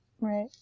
Right